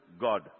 God